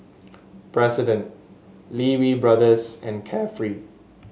President Lee Wee Brothers and Carefree